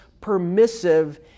permissive